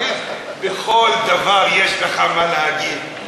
על כל דבר יש לך מה להגיד.